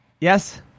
Yes